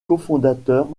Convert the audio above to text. cofondateur